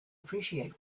appreciate